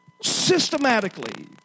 systematically